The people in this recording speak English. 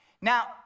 Now